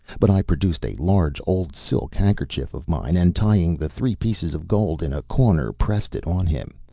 but i produced a large old silk handkerchief of mine, and tying the three pieces of gold in a corner, pressed it on him.